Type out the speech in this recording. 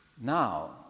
now